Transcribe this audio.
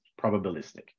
probabilistic